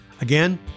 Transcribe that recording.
Again